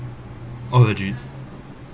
oh legit